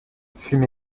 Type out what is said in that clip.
fume